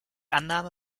annahme